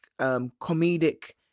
comedic